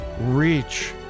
reach